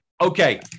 okay